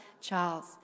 Charles